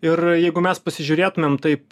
ir jeigu mes pasižiūrėtumėm taip